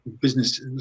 business